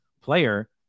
player